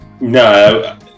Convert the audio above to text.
No